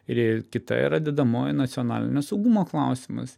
ir kita yra dedamoji nacionalinio saugumo klausimas